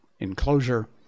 enclosure